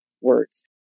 words